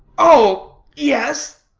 oh yes.